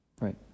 Right